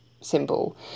symbol